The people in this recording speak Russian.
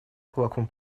кулаком